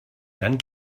dann